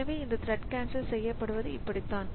எனவே இந்த thread cancel செய்யப்படுவது இப்படித்தான்